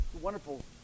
wonderful